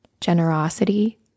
generosity